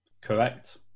Correct